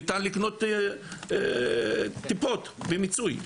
ניתן לקנות טיפות במיצוי,